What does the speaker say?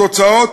התוצאות